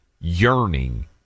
yearning